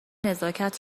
نزاکت